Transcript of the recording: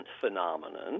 phenomenon –